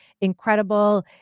incredible